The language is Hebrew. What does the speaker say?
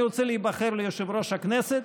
אני רוצה להיבחר ליושב-ראש הכנסת.